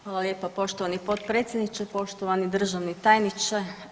Hvala lijepa poštovani potpredsjedniče, poštovani državni tajniče.